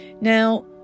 Now